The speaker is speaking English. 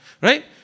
right